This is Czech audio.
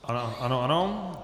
Ano, ano, ano.